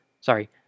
Sorry